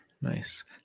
nice